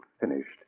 finished